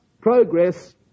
progress